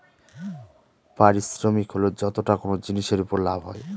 পারিশ্রমিক হল যতটা কোনো জিনিসের উপর লাভ হয়